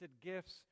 gifts